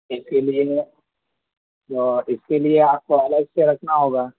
اس کے لیے اس کے لیے آپ کو الگ سے رکھنا ہوگا